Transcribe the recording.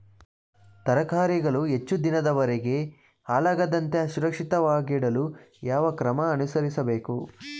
ತರಕಾರಿಗಳು ಹೆಚ್ಚು ದಿನದವರೆಗೆ ಹಾಳಾಗದಂತೆ ಸುರಕ್ಷಿತವಾಗಿಡಲು ಯಾವ ಕ್ರಮ ಅನುಸರಿಸಬೇಕು?